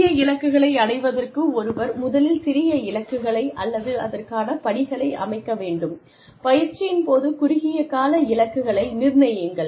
பெரிய இலக்குகளை அடைவதற்கு ஒருவர் முதலில் சிறிய இலக்குகளை அல்லது அதற்கான படிகளை அமைக்க வேண்டும் பயிற்சியின் போது குறுகிய கால இலக்குகளை நிர்ணயியுங்கள்